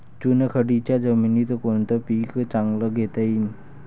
चुनखडीच्या जमीनीत कोनतं पीक चांगलं घेता येईन?